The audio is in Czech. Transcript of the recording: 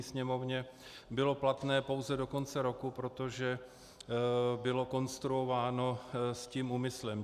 Sněmovně bylo platné pouze do konce roku, protože bylo konstruováno s tím úmyslem.